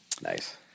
Nice